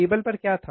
मेज पर क्या था